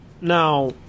now